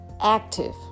active